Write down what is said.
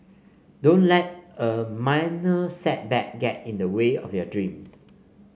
don't let a minor setback get in the way of your dreams